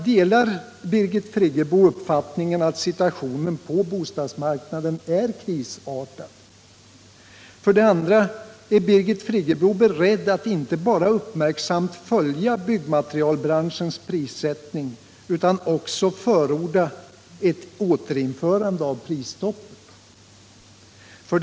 Delar Birgit Friggebo uppfattningen att situationen på bostadsmarknaden är krisartad? 2. Är Birgit Friggebo beredd att inte bara uppmärksamt följa byggmaterialbranschens prissättning utan också att förorda ett återinförande av prisstoppet? 3.